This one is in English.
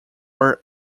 were